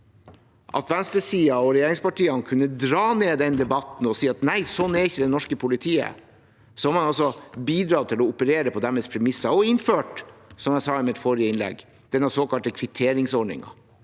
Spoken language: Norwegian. Venstresiden og regjeringspartiene kunne dratt ned den debatten og sagt at nei, sånn er ikke det norske politiet, men istedenfor har man altså bidratt til å operere på deres premisser og innført, som jeg sa i mitt forrige innlegg, denne såkalte kvitteringsordningen.